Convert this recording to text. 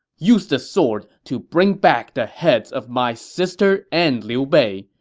use this sword to bring back the heads of my sister and liu bei.